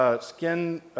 skin